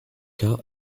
cas